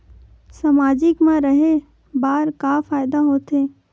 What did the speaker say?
सामाजिक मा रहे बार का फ़ायदा होथे?